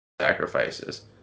sacrifices